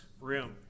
room